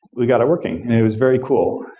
we got it working, and it was very cool.